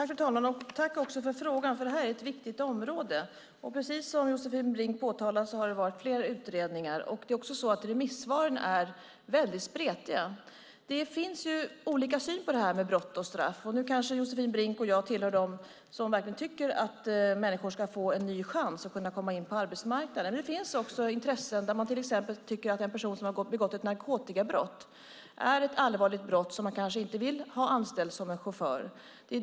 Fru talman! Tack för frågan! Det här är ett viktigt område. Precis som Josefin Brink påtalar har det varit flera utredningar. Det är också så att remissvaren är väldigt spretiga. Det finns ju olika syn på brott och straff. Nu kanske Josefin Brink och jag tillhör dem som verkligen tycker att människor ska få en ny chans och kunna komma in på arbetsmarknaden. Men det finns också intressen som till exempel tycker att ett narkotikabrott är ett allvarligt brott och att man kanske inte vill ha en person som har begått ett sådant brott anställd som chaufför.